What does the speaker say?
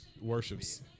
worships